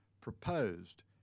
proposed